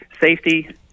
safety